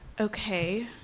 Okay